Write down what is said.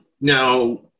Now